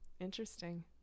interesting